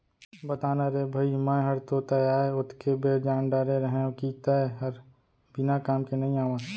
बता ना रे भई मैं हर तो तैं आय ओतके बेर जान डारे रहेव कि तैं हर बिना काम के नइ आवस